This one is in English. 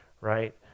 right